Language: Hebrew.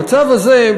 המצב הזה,